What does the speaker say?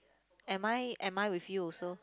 am I am I with you also